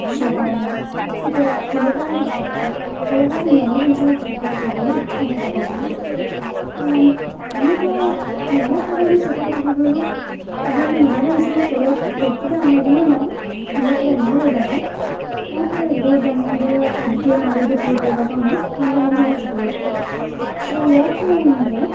ಯಕ್ಷಗಾನ ಈ ಥರ ಹಲವಾರು ಹಲವಾರು ಮನರಂಜನಾ ಚಟುವಟಿಕೆಗಳನ್ನ ನೋಡ್ತಾ ಹೊಗ್ತೀವಿ ಈಗ ಎಲ್ಲ ಥರ ಚಟುವಟಿಕೆಗಳು ಅದೊಂದು ಮನರಂಜನೆ ಕೊಡೋದು ಕೊಡ್ತಿದೆ ಅನ್ನೊದನ್ನು ನಾವು ಎಲ್ಲ ಕಡೆ ನೋಡೋದಾದರೆ ಯಾವ್ತರ ಇರ್ಬೌದಂದರೆ ಅಡುಗೆ ಮಾಡೋದು ಕೂಡ ಇವಾಗ ಒಂದು ಮನರಂಜನಾ ಚಟುವಟಿಕೆ ಸೊ ಯಾಕೆ ಅಂದರೆ